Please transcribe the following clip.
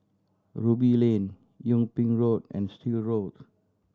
Ruby Lane Yung Ping Road and Still Road